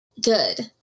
Good